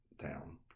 town